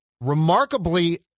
Remarkably